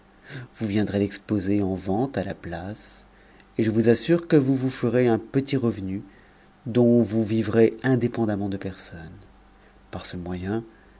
vous viendrez l'exposer en vente à la place et je vous assure que vous vous ferez un petit revenu dont vous vivrez indépendamment de personne par ce moyen